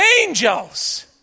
Angels